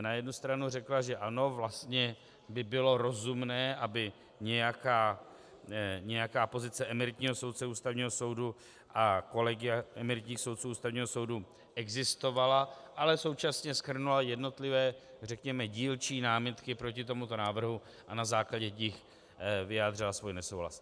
Na jednu stranu řekla, že ano, vlastně by bylo rozumné, aby nějaká pozice emeritního soudce Ústavního soudu a kolegia emeritních soudců Ústavního soudu existovala, ale současně shrnula jednotlivé, řekněme dílčí námitky proti tomuto návrhu a na jejich základě vyjádřila svůj nesouhlas.